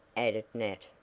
added nat.